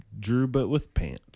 DrewButWithPants